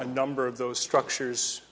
a number of those structures